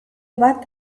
bat